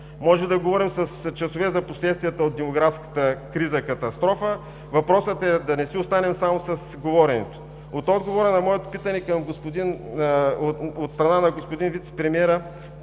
Може да говорим с часове за последствията от демографската криза и катастрофа, въпросът е, да не си останем само с говоренето. От отговора на моето питане от страна на господин Вицепремиера